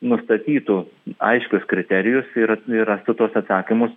nustatytų aiškius kriterijus ir ir rastų tuos atsakymus